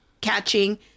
catching